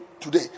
today